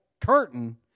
curtain